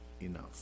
enough